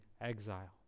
exile